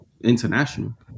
international